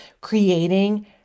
creating